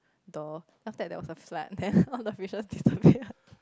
door after that there was a flag then all the fishes disappear